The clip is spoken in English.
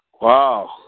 Wow